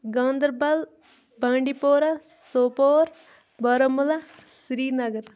Ganderbal Bandipora Sopore Baramulla Srinagar